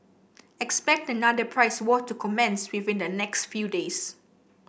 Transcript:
expect another price war to commence within the next few days